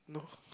no